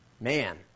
Man